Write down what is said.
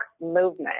movement